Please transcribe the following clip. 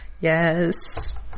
Yes